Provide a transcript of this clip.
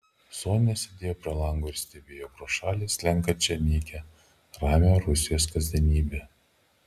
sonia sėdėjo prie lango ir stebėjo pro šalį slenkančią nykią ramią rusijos kasdienybę